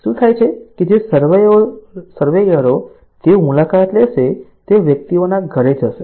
શું થાય છે કે જે સર્વેયરો તેઓ મુલાકાત લેશે તેઓ વ્યક્તિઓના ઘરે જશે